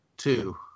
Two